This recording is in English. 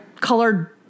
colored